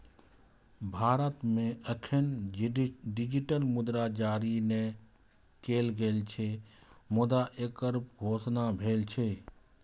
भारत मे एखन डिजिटल मुद्रा जारी नै कैल गेल छै, मुदा एकर घोषणा भेल छै